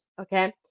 okay